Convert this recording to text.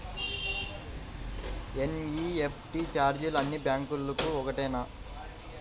NEFT ఛార్జీలు అన్నీ బ్యాంక్లకూ ఒకటేనా?